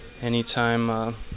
anytime